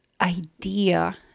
idea